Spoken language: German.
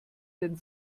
den